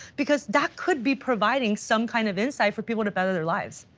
because that could be providing some kind of insight for people to better their lives.